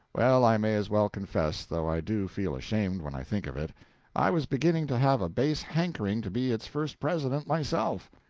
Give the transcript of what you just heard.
well, i may as well confess, though i do feel ashamed when i think of it i was beginning to have a base hankering to be its first president myself.